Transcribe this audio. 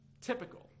typical